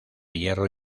hierro